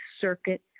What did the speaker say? circuit